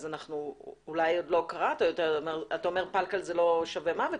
אתה אומר שפלקל לא שווה מוות,